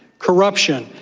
corruption,